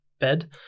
bed